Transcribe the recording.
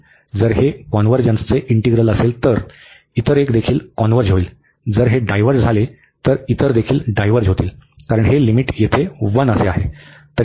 जर हे कॉन्व्हर्जन्सचे इंटीग्रल असेल तर इतर एक देखील कॉन्व्हर्ज होईल जर हे डायव्हर्ज झाले तर इतर देखील डायव्हर्ज होतील कारण हे लिमिट येथे 1 आहे